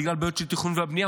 בגלל בעיות של תכנון והבנייה,